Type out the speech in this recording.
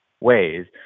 ways